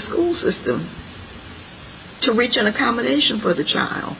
school system to reach an accommodation for the child